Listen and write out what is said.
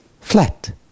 flat